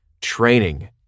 training